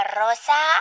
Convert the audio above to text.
rosa